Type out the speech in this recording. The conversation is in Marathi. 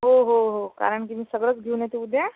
हो हो हो कारणकी मी सगळंच घेऊन येते उद्या